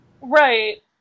Right